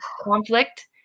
conflict